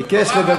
בקיצור,